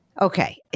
Okay